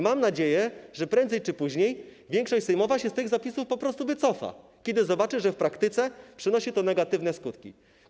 Mam nadzieję, że prędzej czy później większość sejmowa się z tych zapisów po prostu wycofa, kiedy zobaczy, że w praktyce przynosi to negatywne skutki.